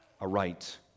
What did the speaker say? aright